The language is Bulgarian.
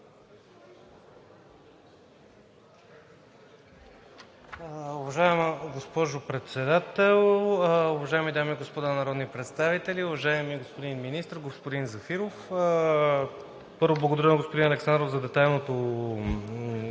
Уважаема госпожо Председател, уважаеми дами и господа народни представители, уважаеми господин Министър! Господин Зафиров, първо, благодаря на господин Александров за детайлното